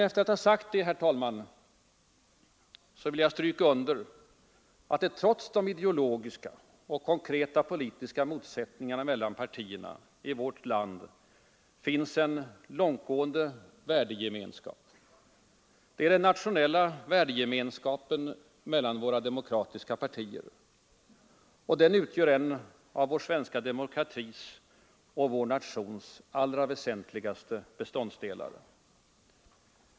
Efter att ha sagt detta, herr talman, vill jag stryka under att det trots de ideologiska och konkreta politiska motsättningarna mellan partierna i vårt land finns en långtgående värdegemenskap. Det är den nationella värdegemenskapen mellan våra demokratiska partier. Den utgör en av vår svenska demokratis och vår nations allra väsentligaste beståndsdelar.